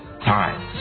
time